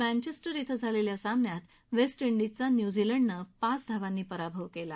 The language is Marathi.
मँचेस्टर ध्रे झालेल्या सामन्यात वेस्टडिजचा न्यूझीलंडनं पाच धावांनी पराभव केला